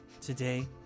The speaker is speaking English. Today